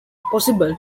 possible